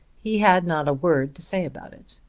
he had not a word to say about it.